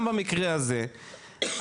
גם במקרה הזה,